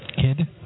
Kid